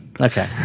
okay